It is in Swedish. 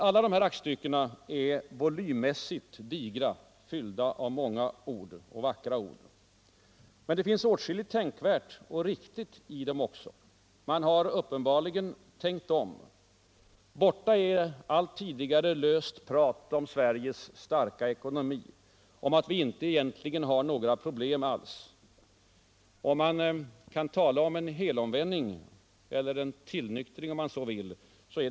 Alla dessa aktstycken är volymmässigt digra, fyllda av många och vackra ord. Men det finns åtskilligt tänkvärt och riktigt i dem också. Man har uppenbarligen tänkt om. Borta är allt tidigare löst prat om Sveriges starka ekonomi, om att vi egentligen inte har några problem. Kan man tala om en helomvändning -— eller en tillnyktring — så är det just i dessa hänseenden.